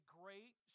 great